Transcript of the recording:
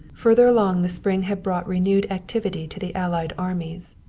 further along the spring had brought renewed activity to the allied armies.